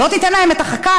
לא תיתן להם את החכה,